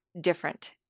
different